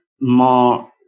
more